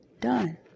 done